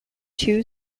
two